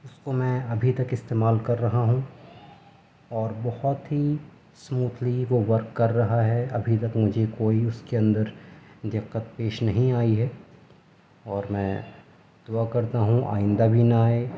اس کو میں ابھی تک استعمال کر رہا ہوں اور بہت ہی اسموتھلی وہ ورک کر رہا ہے ابھی تک مجھے کوئی اس کے اندر دقت پیش نہیں آئی ہے اور میں دعا کرتا ہوں آئندہ بھی نہ آئے